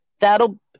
that'll